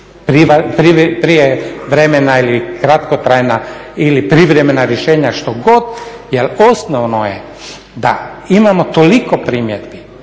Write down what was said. prijevremena ili kratkotrajna ili privremena rješenja što god. Jer osnovno je da imamo toliko primjedbi